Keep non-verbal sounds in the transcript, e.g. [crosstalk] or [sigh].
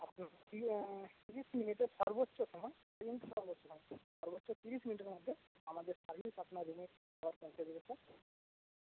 আপনার [unintelligible] তিরিশ মিনিট সর্বোচ্চ সময় সর্বোচ্চ তিরিশ মিনিটের মধ্যে আমাদের সার্ভিস আপনার রুমে [unintelligible] পৌঁছে দেবে স্যার